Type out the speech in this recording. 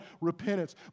repentance